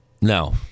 No